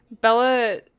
Bella